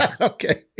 okay